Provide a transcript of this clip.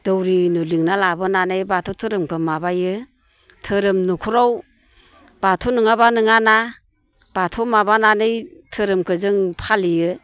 दौरि एरि लेंना लाबोनानै बाथौ धोरोमखौ माबायो धोरोम न'खराव बाथौ नङाबा नङा ना बाथौ माबानानै धोरोमखौ जों फालियो